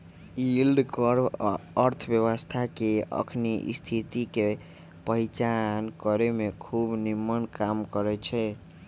yield curve अर्थव्यवस्था के अखनी स्थिति के पहीचान करेमें खूब निम्मन काम करै छै